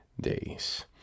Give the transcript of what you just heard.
days